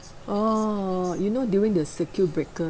oh you know during the circuit breaker